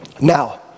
Now